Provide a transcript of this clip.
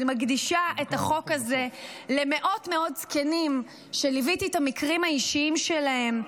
ואני מקדישה את החוק הזה למאות זקנים שליוויתי את המקרים האישיים שלהם,